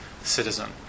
citizen